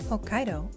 Hokkaido